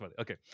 Okay